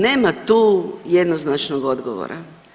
Nema tu jednoznačnog odgovora.